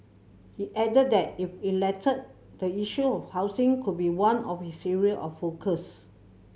he added that if elected the issue of housing could be one of his area of focus